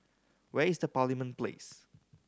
where is the Parliament Place